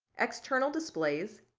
external displays,